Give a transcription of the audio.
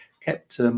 kept